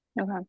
Okay